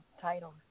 title